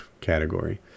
category